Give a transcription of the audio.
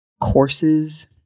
courses